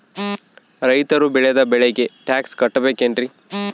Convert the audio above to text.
ರೈತರು ಬೆಳೆದ ಬೆಳೆಗೆ ಟ್ಯಾಕ್ಸ್ ಕಟ್ಟಬೇಕೆನ್ರಿ?